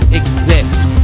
exist